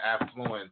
affluence